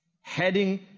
heading